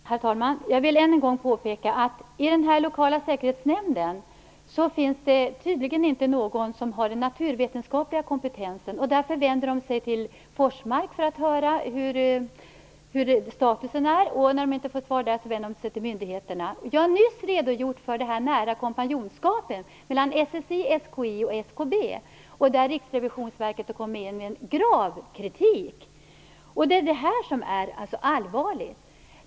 Herr talman! Jag vill än en gång påpeka att det i den lokala säkerhetsnämnden tydligen inte finns någon som har naturvetenskaplig kompetens. Man vänder sig därför till Forsmark för att höra hur statusen är. När man inte får svar där vänder man sig till myndigheterna. Jag har nyss redogjort för det nära kompanjonskapet mellan SSI, SKI och SKB. Där har Riksrevisionsverket riktat grav kritik. Detta är allvarligt.